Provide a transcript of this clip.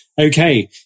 Okay